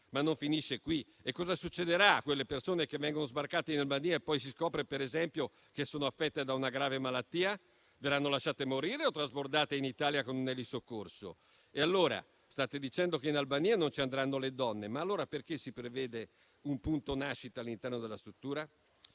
Ma non finisce qui: cosa succederà a quelle persone che vengono sbarcate in Albania e poi si scopre, per esempio, che sono affette da una grave malattia? Verranno lasciate morire o saranno trasbordate in Italia con elisoccorso? State dicendo che in Albania non ci andranno le donne, ma allora perché si prevede un punto nascita all'interno della struttura?